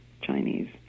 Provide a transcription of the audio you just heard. Chinese